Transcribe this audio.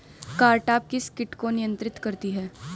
Cartap किस किट को नियंत्रित करती है?